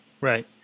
Right